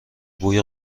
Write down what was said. بوی